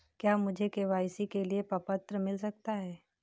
क्या मुझे के.वाई.सी के लिए प्रपत्र मिल सकता है?